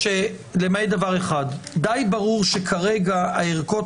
למעט דבר אחד: די ברור שכרגע הערכות